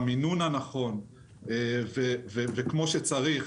במינון הנכון וכמו שצריך,